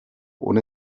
ohne